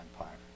empire